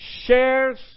shares